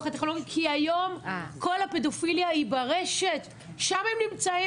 הטכנולוגי כי היום כל הפדופיליה היא ברשת שם הם נמצאים.